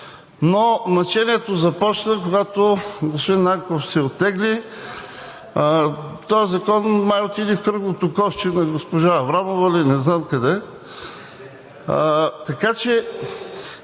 Но мъчението започна, когато господин Нанков се оттегли и този закон май отиде в кръглото кошче на госпожа Аврамова ли, не знам къде.